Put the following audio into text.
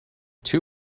two